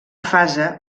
fase